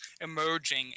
emerging